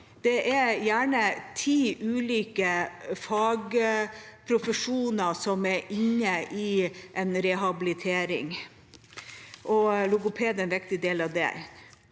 Det er gjerne ti ulike fagprofesjoner som er inne i en rehabilitering, og logopeder er en viktig del av det.